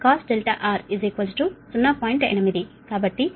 కాబట్టి cos R 0